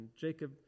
Jacob